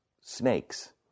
snakes